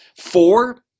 Four